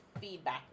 feedback